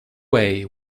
way